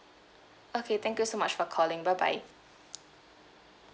okay thank you so much for calling bye bye